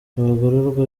abagororwa